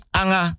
anga